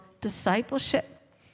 discipleship